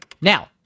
now